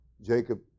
Jacob